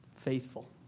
Faithful